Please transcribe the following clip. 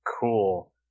cool –